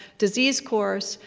disease course,